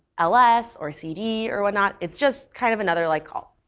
ls or cd or whatnot. it's just kind of another like call.